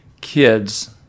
kids